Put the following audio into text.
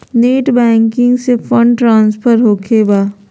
Net banking से fund transfer होखें बा?